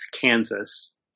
Kansas